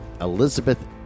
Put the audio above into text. Elizabeth